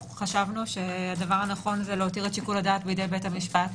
חשבנו שהדבר הנכון הוא להותיר את שיקול הדעת בידי בית המשפט.